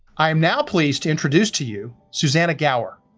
i am now pleased to introduce to you susannah gawor,